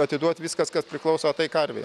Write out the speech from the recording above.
atiduot viskas kas priklauso tai karvei